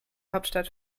hauptstadt